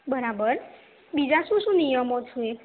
બરાબર બીજા શું શું નિયમો છે